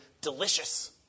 delicious